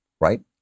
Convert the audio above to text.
right